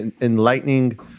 enlightening